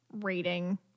rating